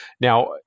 now